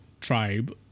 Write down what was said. tribe